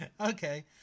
Okay